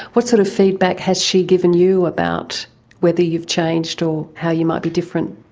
what sort of feedback has she given you about whether you've changed or how you might be different?